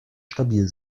stabil